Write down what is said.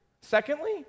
Secondly